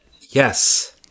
Yes